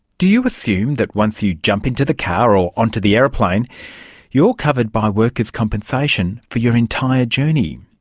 do you assume that once you jump into the car or onto the aeroplane you are covered by workers' compensation for your entire journey?